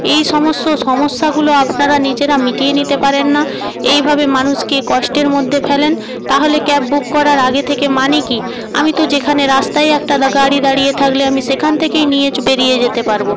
এই সমস্ত সমস্যাগুলো আপনারা নিজেরা মিটিয়ে নিতে পারেন না এইভাবে মানুষকে কষ্টের মধ্যে ফেলেন তাহলে ক্যাব বুক করার আগে থেকে মানে কী আমি তো যেখানে রাস্তায় একটা গাড়ি দাঁড়িয়ে থাকলে আমি সেখান থেকেই নিয়ে বেরিয়ে যেতে পারবো